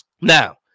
Now